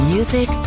Music